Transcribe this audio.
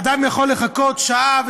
האדם יכול לחכות שעה,